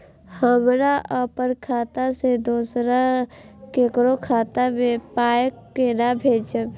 हमरा आपन खाता से दोसर ककरो खाता मे पाय कोना भेजबै?